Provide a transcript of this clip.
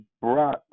brought